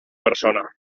persona